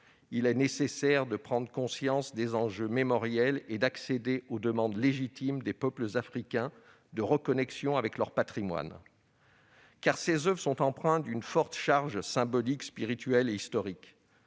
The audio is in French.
Il est nécessaire de prendre conscience des enjeux mémoriels et d'accéder aux demandes légitimes des peuples africains de reconnexion avec leur patrimoine. Car ces oeuvres sont empreintes d'une forte charge symbolique, spirituelle et historique.